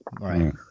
Right